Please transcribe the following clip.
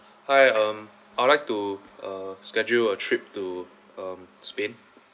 hi um I would like to uh schedule a trip to um spain